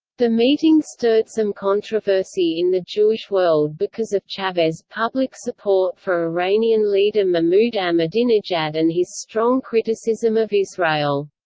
the meeting stirred some controversy in the jewish world because of chavez' public support for iranian leader mahmoud ahmadinejad and his strong criticism of israel.